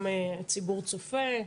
גם הציבור צופה,